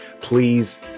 please